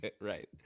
Right